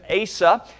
Asa